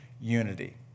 unity